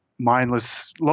mindless